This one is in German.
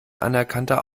anerkannter